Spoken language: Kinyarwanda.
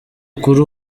kuri